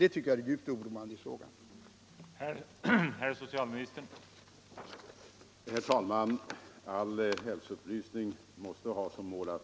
Det tycker jag är det djupt oroande i sammanhanget.